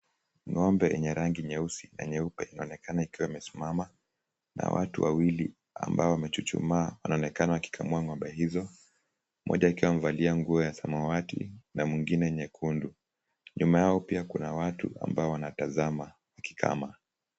Ng'ombe yenye rangi nyeusi na nyeupe inaonekana ikiwa imesimama na watu wawili ambao wamechuchumaa wanaonekana wakikamua ng'ombe hizo mmoja akiwa amevalia nguo ya samawati na mwingine nyekundu. Nyuma yao pia kuna watu ambao wanataza wakikama.